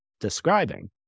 Describing